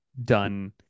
done